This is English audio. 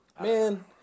Man